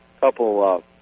couple